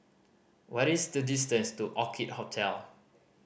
what is the distance to Orchid Hotel